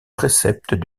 préceptes